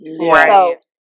right